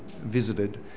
visited